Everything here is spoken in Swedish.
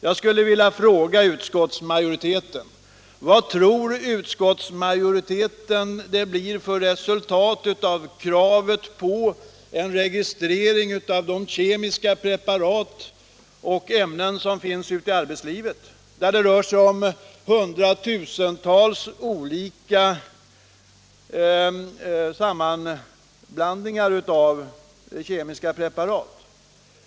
Jag skulle vilja fråga utskottsmajoriteten: Vad tror utskottsmajoriteten att underlätta företagens uppgiftsläm nande det blir för resultat av kravet på en registrering av de kemiska preparat och ämnen som finns ute i arbetslivet, där det rör sig om hundratusentals olika sammanblandningar av kemiska preparat?